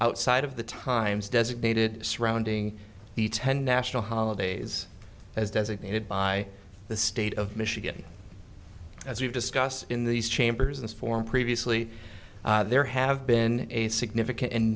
outside of the times designated surrounding the ten national holidays as designated by the state of michigan as we've discussed in these chambers and form previously there have been a significant and